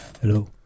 Hello